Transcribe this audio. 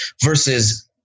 Versus